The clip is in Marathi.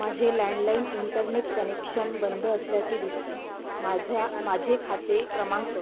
माझे लँडलाईन इंटरनेट कनेक्शन बंद असल्याचे दिसते माझ्या माझे खाते क्रमांक